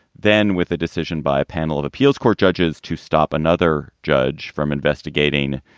then, with a decision by a panel of appeals court judges to stop another judge from investigating.